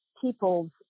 people's